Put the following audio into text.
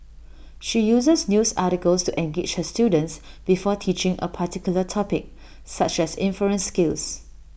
she uses news articles to engage her students before teaching A particular topic such as inference skills